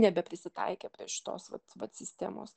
nebeprisitaikė prie šitos vat vat sistemos